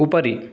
उपरि